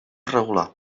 irregular